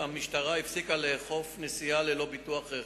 המשטרה החליטה להפסיק לאכוף ביטוח רכב.